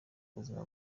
ubuzima